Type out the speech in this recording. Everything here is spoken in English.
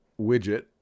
widget